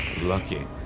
lucky